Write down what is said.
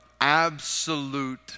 absolute